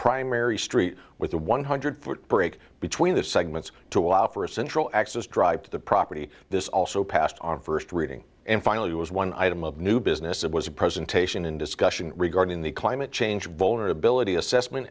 primary street with a one hundred thirty break between the segments to allow for a central axis drive to the property this also passed on first reading and finally was one item of new business it was a presentation in discussion regarding the climate change vulnerability assessment